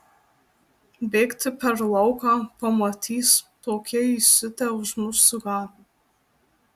bėgti per lauką pamatys tokie įsiutę užmuš sugavę